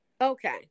okay